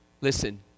Listen